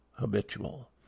habitual